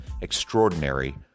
Extraordinary